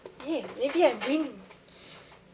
eh maybe I've been